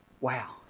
Wow